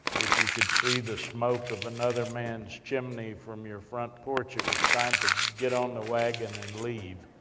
if you could see the smoke of another man's chimney, from your front porch, it was time to get on the wagon, and leave.